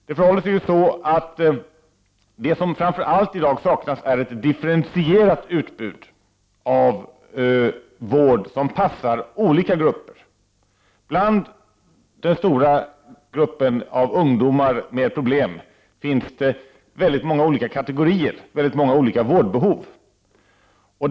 Det som framför allt i dag saknas är ett differentierat utbud av vård som passar olika grupper. Bland den stora gruppen ungdomar med problem finns det väldigt många olika kategorier, olika vårdbehov.